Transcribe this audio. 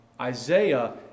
Isaiah